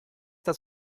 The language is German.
das